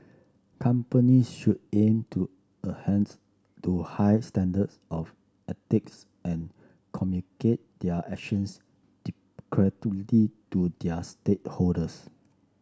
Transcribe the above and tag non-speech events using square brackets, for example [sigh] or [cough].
companies should aim to a hands to high standards of ethics and communicate their actions [unintelligible] to their stakeholders